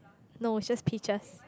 no it's just peaches